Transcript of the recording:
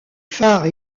phare